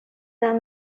that